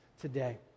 today